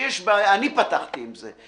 שיש בעיה, אני פתחתי עם זה.